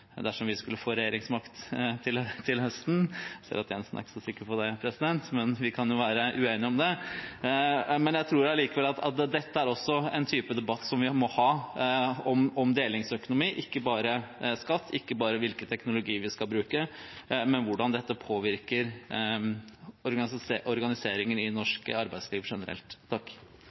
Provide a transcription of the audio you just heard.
dersom vi skulle få regjeringsmakt til høsten – jeg ser at Jensen ikke er så sikker på det, men vi kan jo være uenige om det. Jeg tror allikevel at dette også er en type debatt om delingsøkonomi som vi må ha – ikke bare om skatt, ikke bare om hvilken teknologi vi skal bruke, men om hvordan dette påvirker organiseringen i norsk arbeidsliv generelt.